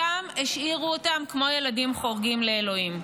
שם השאירו אותם כמו ילדים חורגים לאלוהים.